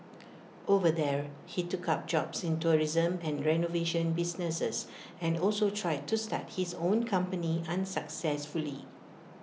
over there he took up jobs in tourism and renovation businesses and also tried to start his own company unsuccessfully